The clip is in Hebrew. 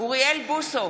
אוריאל בוסו,